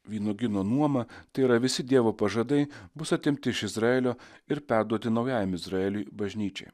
vynuogyno nuoma tai yra visi dievo pažadai bus atimti iš izraelio ir perduoti naujajam izraeliui bažnyčiai